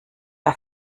der